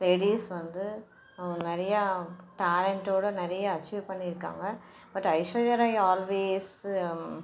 ladies வந்து அவங்க நிறையா டேலண்ட்டோடய நிறையா அச்சீவ் பண்ணியிருக்காங்க பட் ஐஸ்வர்யா ராய் ஆல்வேஸ்ஸு